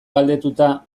galdetuta